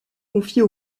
confiée